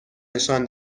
نشان